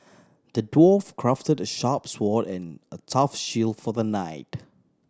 the dwarf crafted a sharp sword and a tough shield for the knight